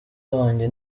wanjye